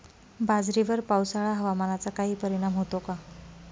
बाजरीवर पावसाळा हवामानाचा काही परिणाम होतो का?